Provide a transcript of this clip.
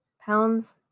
pounds